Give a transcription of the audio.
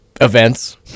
events